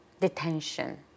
detention